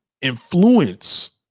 influence